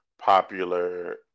popular